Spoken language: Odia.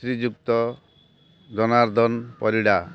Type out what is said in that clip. ଶ୍ରୀଯୁକ୍ତ ଜନାର୍ଦ୍ଦନ ପରିଡ଼ା